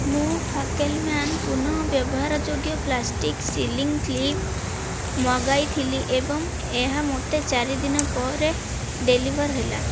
ମୁଁ ଫାକେଲମ୍ୟାନ୍ ପୁନଃ ବ୍ୟବହାର ଯୋଗ୍ୟ ପ୍ଲାଷ୍ଟିକ୍ ସିଲିଙ୍ଗ୍ କ୍ଲିପ୍ ମଗାଇଥିଲି ଏବଂ ଏହା ମୋତେ ଚାରି ଦିନ ପରେ ଡେଲିଭର୍ ହେଲା